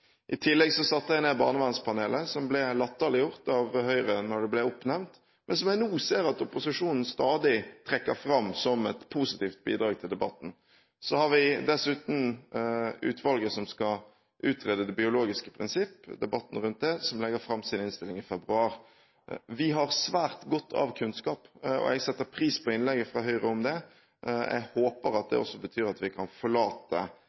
I tillegg satte jeg ned barnevernspanelet som ble latterliggjort av Høyre da det ble oppnevnt, men som jeg nå ser at opposisjonen stadig trekker fram som et positivt bidrag til debatten. Så har vi dessuten utvalget som skal utrede det biologiske prinsipp – debatten rundt det – som legger fram sin innstilling i februar. Vi har svært godt av kunnskap, og jeg setter pris på innlegget fra Høyre om det. Jeg håper at det også betyr at vi kan forlate